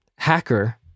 Hacker